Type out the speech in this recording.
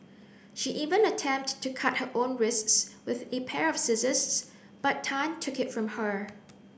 she even attempt to cut her own wrists with a pair of scissors but Tan took it from her